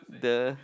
the